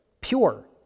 pure